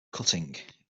cutting